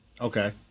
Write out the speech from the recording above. Okay